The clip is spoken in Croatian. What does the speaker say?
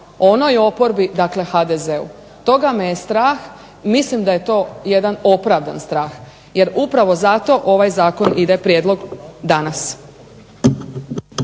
onoj oporbi, dakle HDZ-u. Toga me je strah, mislim da je to jedan opravdan strah, jer upravo zato ovaj zakon ide prijedlog danas.